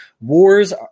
wars